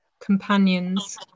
companions